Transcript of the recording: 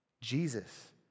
Jesus